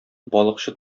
балыкчы